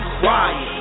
quiet